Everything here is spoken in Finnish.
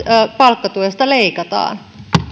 palkkatuesta leikataan